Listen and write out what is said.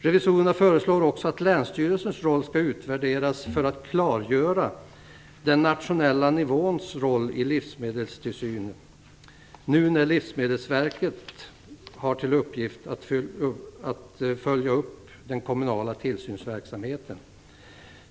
Revisorerna föreslår också att länsstyrelsernas roll skall utvärderas för att klargöra den regionala nivåns roll i livsmedelstillsynen nu när Livsmedelsverket har som uppgift att följa upp den kommunala tillsynsverksamheten.